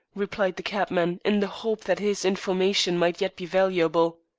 replied the cabman, in the hope that his information might yet be valuable.